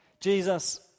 Jesus